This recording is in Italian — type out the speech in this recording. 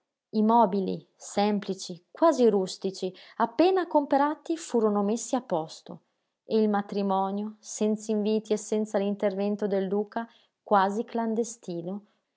i mobili semplici quasi rustici appena comperati furono messi a posto e il matrimonio senz'inviti e senza l'intervento del duca quasi clandestino